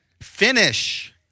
Finish